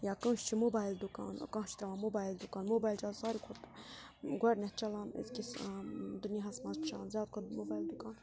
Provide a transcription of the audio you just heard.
یا کٲنٛسہِ چھِ موبایِل دُکان کانٛہہ چھُ تروان موبایل دُکان موبایِل چھِ آز ساروی کھۄتہٕ گۄڈنٮ۪تھ چَلان أزکِس دُنیاہَس منٛز چھِ چَلان زیادٕ کھۄتہٕ موبایِل دُکان